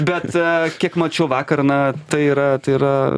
bet kiek mačiau vakar na tai yra tai yra